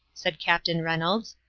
said captain reynolds.